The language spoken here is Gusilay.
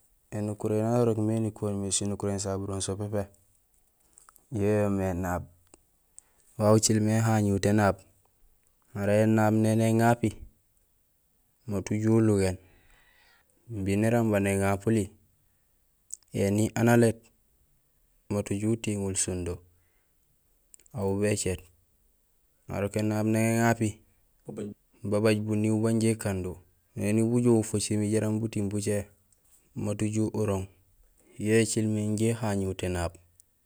Énukuréén yaan irégmé yaan irégmé nikenumé do sinukuréén sasu pépé yo yoomé énaab wa ucilmé ihañihut énaab mara énaab néni éñapi mat uju ulugéén imbi néramba néŋapuli éni aan alét mat uju utiŋul sindo aw bécét marok énaab néni éŋapi babaj buniiw banja ékando éni bujoow fasimi jaraam butiiŋ bucé mat uju urooŋ yo écilmé injé ihañihut énaab.